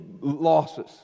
losses